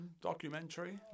documentary